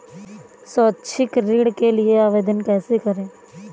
शैक्षिक ऋण के लिए आवेदन कैसे करें?